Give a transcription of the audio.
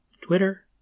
Twitter